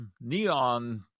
neon